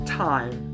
time